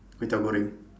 kway teow goreng